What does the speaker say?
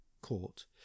court